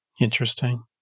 Interesting